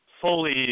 fully